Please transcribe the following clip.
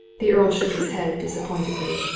the earl shook his head disappointedly.